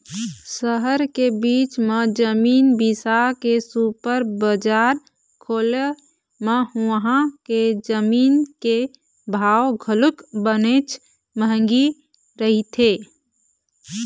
सहर के बीच म जमीन बिसा के सुपर बजार खोले म उहां के जमीन के भाव घलोक बनेच महंगी रहिथे